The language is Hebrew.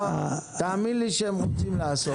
תאמין לי שהם רוצים לעשות.